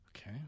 Okay